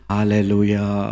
Hallelujah